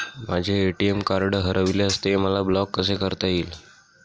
माझे ATM card हरविल्यास ते मला ब्लॉक कसे करता येईल?